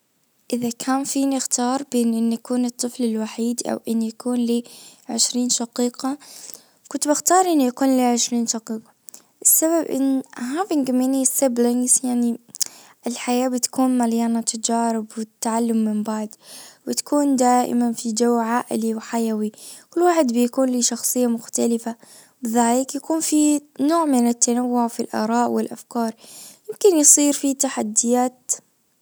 اذا كان فيني اختار بين ان يكون الطفل الوحيد او ان يكون له عشرين شقيقة كنت بختار ان يكون لي عشرين السبب ان هافينج ميني سيبلينجس يعني الحياة بتكون مليانة تجارب والتعلم من بعض وتكون دائما في جو عائلي وحيوي كل واحد بيكون له شخصية مختلفة لذلك يكون فيه نوع من التنوع في الاراء والافكار ممكن يصير في تحديات